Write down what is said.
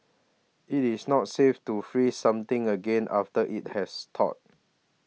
it is not safe to freeze something again after it has thawed